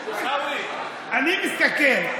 אני מסתכל,